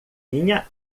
minha